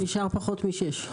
בנוסף,